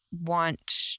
want